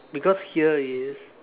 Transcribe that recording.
because here is